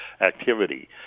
activity